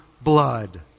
blood